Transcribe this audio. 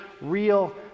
real